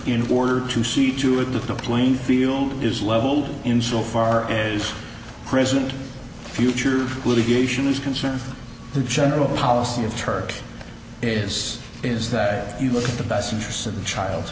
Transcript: in order to see to it that the playing field is leveled in so far as present future litigation is concerned the general policy of turk is is that you look at the best interests of the child